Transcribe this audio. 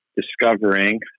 discovering